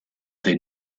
they